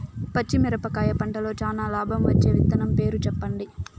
పచ్చిమిరపకాయ పంటలో చానా లాభం వచ్చే విత్తనం పేరు చెప్పండి?